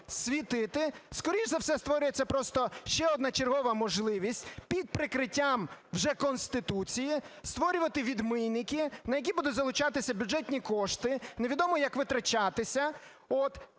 світити, скоріш за все створюється просто ще одна чергова можливість під прикриттям вже Конституції створювати відмийники, на які будуть залучатися бюджетні кошти, невідомо як витрачатися